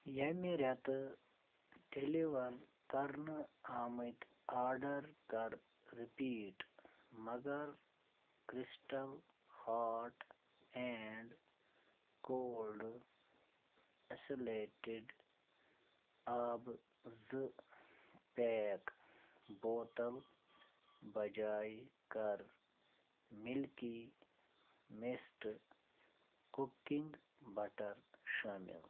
ییٚمہِ ریٚتہٕ ڈیٚلؤر کرنہٕ آمِتۍ آرڈر کر رِپیٖٹ مگر crystal hot and cold insulated آبہٕ زٕ پیک بوتل بجاے کر مِلکی مِسٹہٕ کُکِنٛگ بٹر شٲمِل